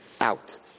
Out